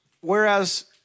whereas